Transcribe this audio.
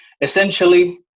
Essentially